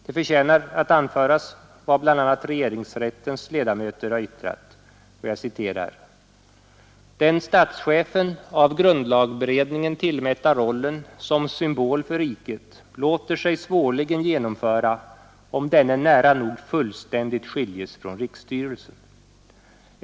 Det förtjänar att anföras vad bl.a. regeringsrättens ledamöter har yttrat: ”Den statschefen av grundlagberedningen tillmätta rollen som symbol för riket låter sig svårligen genomföra, om denne nära nog fullständigt skiljes från riksstyrelsen.